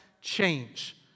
change